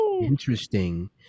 interesting